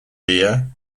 beer